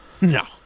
No